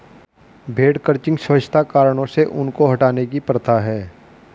भेड़ क्रचिंग स्वच्छता कारणों से ऊन को हटाने की प्रथा है